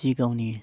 जि गावनि